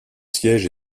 siège